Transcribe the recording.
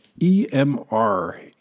emr